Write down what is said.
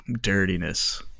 dirtiness